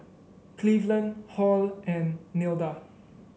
Cleveland Halle and Nilda